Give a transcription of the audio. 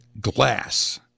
glass